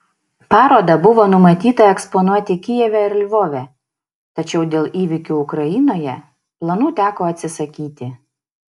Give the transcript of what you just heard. parodą buvo numatyta eksponuoti kijeve ir lvove tačiau dėl įvykių ukrainoje planų teko atsisakyti